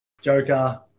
Joker